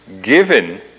Given